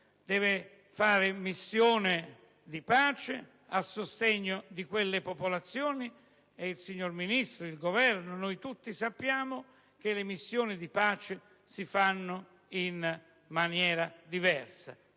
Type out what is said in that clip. in una missione di pace, dare sostegno a quelle popolazioni. Il signor Ministro, il Governo, noi tutti, sappiamo che le missioni di pace si fanno in maniera diversa,